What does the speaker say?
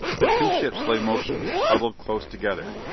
the two ships lay motionless, huddled close together.